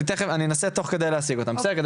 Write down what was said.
אני אנסה תוך כדי הדיון להשיג אותם כדי